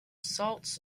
salts